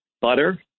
butter